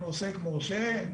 אנחנו עוסק מורשה.